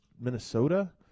Minnesota